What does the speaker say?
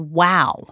wow